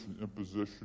imposition